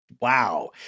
Wow